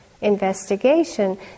investigation